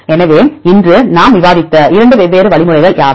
எனவே இன்று நாம் விவாதித்த 2 வெவ்வேறு வழிமுறைகள் யாவை